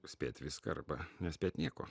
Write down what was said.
spėt viską arba nespėt nieko